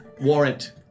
Warrant